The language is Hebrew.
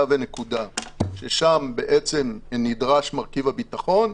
ונקודה שם בעצם נדרש מרכיב הביטחון,